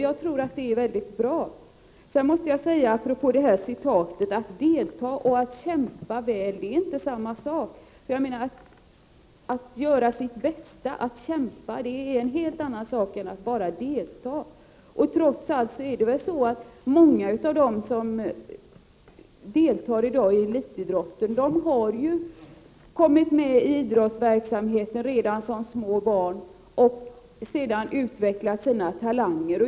Jag tror att det är mycket bra. Att delta och att kämpa väl är inte samma sak. Att göra sitt bästa, att kämpa, är en helt annan sak än att bara delta. Trots allt har många som i dag deltar i elitidrotten kommit med i idrottsverksamheten redan som små barn och sedan utvecklat sina talanger.